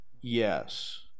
yes